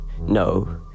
no